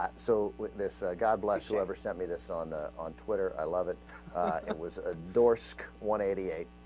ah so with this ah. god bless you ever sent me this on the on twitter lovett it was ah. door sc one eighty eight